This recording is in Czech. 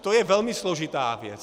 To je velmi složitá věc.